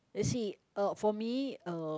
you see uh for me uh